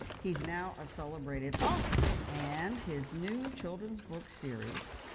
he's now a celebrated author, and his new children's book series,